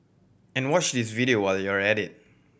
and watch this video while you're at it